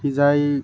সিজাই